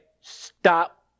stop